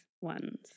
ones